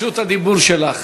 רשות הדיבור שלך.